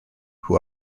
who